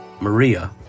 Maria